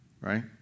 right